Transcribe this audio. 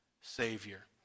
Savior